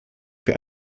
wer